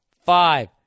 five